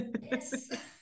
Yes